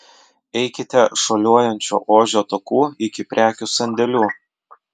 eikite šuoliuojančio ožio taku iki prekių sandėlių